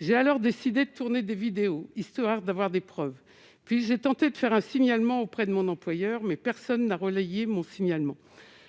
j'ai alors décidé de tourner des vidéos, histoire d'avoir des preuves, puis j'ai tenté de faire un signalement auprès de mon employeur, mais personne n'a relayé mon signalement